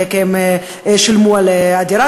כי הם שילמו על הדירה,